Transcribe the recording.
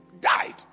died